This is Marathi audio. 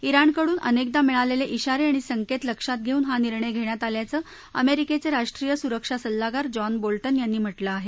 त्राण कडून अनेकदा मिळलेले डिगारे आणि संकेत लक्षात घेऊन हा निर्णय घेण्यात आल्याचं अमेरीकेचे राष्ट्रीय सुरक्षा सल्लागार जॉन बोल्टन यांनी म्हटलं आहे